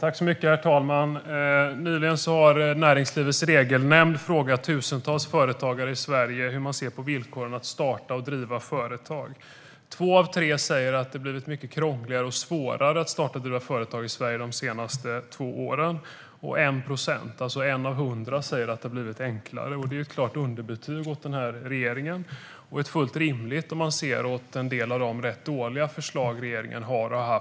Herr talman! Nyligen har Näringslivets Regelnämnd frågat tusentals företagare i Sverige hur de ser på villkoren för att starta och driva företag. Två av tre säger att det har blivit mycket krångligare och svårare att starta och driva företag i Sverige de senaste två åren. Och 1 procent, alltså en av hundra, säger att det har blivit enklare. Det är ett klart underbetyg åt denna regering, och det är fullt rimligt om man ser till en del av de rätt dåliga förslag som regeringen har och har haft.